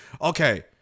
Okay